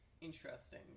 interesting